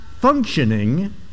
functioning